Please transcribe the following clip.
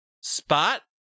spot